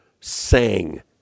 sang